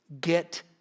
Get